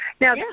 Now